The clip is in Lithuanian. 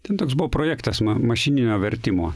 ten toks buvo projektas ma mašininio vertimo